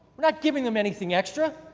not giving them anything extra.